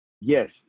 yes